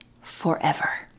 forever